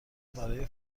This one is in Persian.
برای